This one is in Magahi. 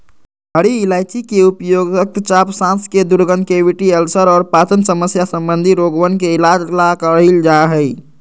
हरी इलायची के उपयोग रक्तचाप, सांस के दुर्गंध, कैविटी, अल्सर और पाचन समस्या संबंधी रोगवन के इलाज ला कइल जा हई